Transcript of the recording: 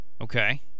Okay